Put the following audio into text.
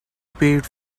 paid